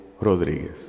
Rodríguez